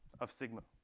of sigma.